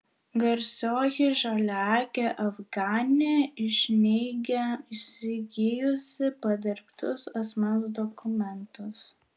garsioji žaliaakė afganė iš neigia įsigijusi padirbtus asmens dokumentus